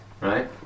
Right